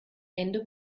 ende